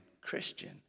Christian